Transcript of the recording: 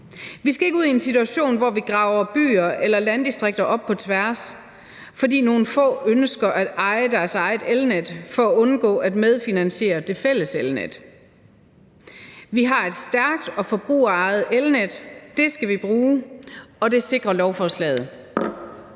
Vi skal ikke ud i en situation, hvor vi graver byer eller landdistrikter op på tværs, fordi nogle få ønsker at eje deres eget elnet for at undgå at medfinansiere det fælles elnet. Vi har et stærkt og forbrugerejet elnet. Det skal vi bruge, og det sikrer lovforslaget.